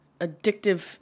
Addictive